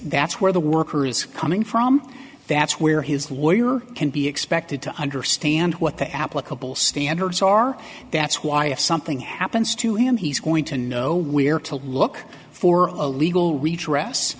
that's where the worker is coming from that's where his lawyer can be expected to understand what the applicable standards are that's why if something happens to him he's going to know where to look for a legal redress